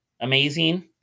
amazing